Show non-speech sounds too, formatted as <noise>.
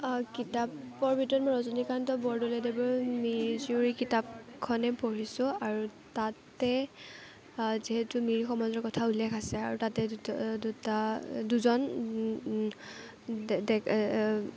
কিতাপৰ ভিতৰত মই ৰজনীকান্ত বৰদলৈদেৱৰ মিৰি জীয়ৰী কিতাপখনেই পঢ়িছোঁ আৰু তাতে যিহেতু মিৰি সমাজৰ কথা উল্লেখ আছে আৰু তাতে <unintelligible> দুটা দুজন <unintelligible>